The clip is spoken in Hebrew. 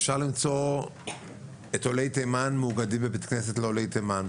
אפשר למצוא את עולי תימן מאוגדים בבית כנסת לעולי תימן,